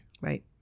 Right